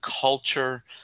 culture